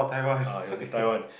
ah he was in Taiwan